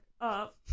up